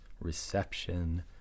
reception